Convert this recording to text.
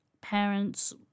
parents